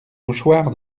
mouchoir